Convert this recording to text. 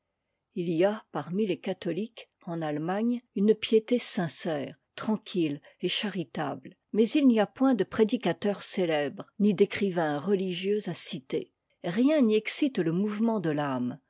h y a parmi les catholiques en allemagne une piété sincère tranquille et charitable mais il n'y a point de prédicateurs célèbres ni d'écrivains religieux à citer rien n'y excite le mouvement de t'âme